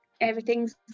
everything's